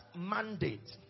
mandate